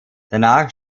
danach